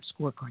scorecard